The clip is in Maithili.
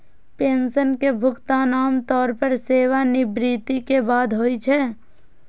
पेंशन के भुगतान आम तौर पर सेवानिवृत्ति के बाद होइ छै